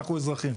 אנחנו אזרחים.